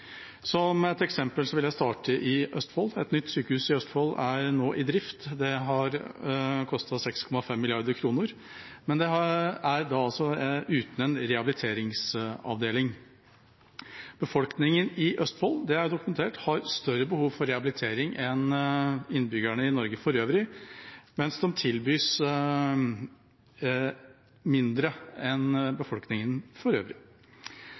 Som et eksempel vil jeg starte i Østfold. Et nytt sykehus i Østfold er nå i drift. Det har kostet 6,5 mrd. kr, men det er uten en rehabiliteringsavdeling. Befolkningen i Østfold – det er dokumentert – har større behov for rehabilitering enn innbyggerne i Norge for øvrig, mens de tilbys mindre enn befolkningen for øvrig.